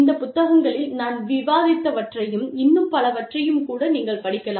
இந்த புத்தகங்களில் நான் விவாதித்தவற்றையும் இன்னும் பலவற்றையும் கூட நீங்கள் படிக்கலாம்